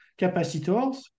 capacitors